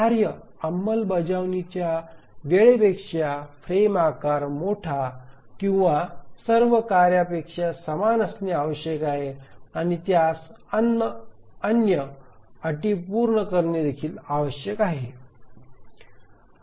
कार्ये अंमलबजावणीच्या वेळेपेक्षा फ्रेम आकार मोठा किंवा सर्व कार्यांपेक्षा समान असणे आवश्यक आहे आणि त्यास अन्य अटी पूर्ण करणे देखील आवश्यक आहे